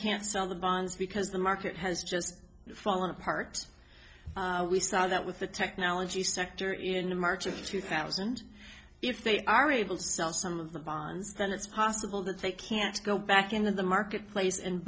can't sell the bonds because the market has just fallen apart we saw that with the technology sector in march of two thousand if they are able to sell some of the bonds then it's possible that they can go back into the marketplace and